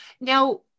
Now